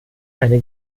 eine